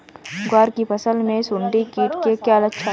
ग्वार की फसल में सुंडी कीट के क्या लक्षण है?